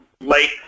late